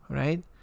right